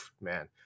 man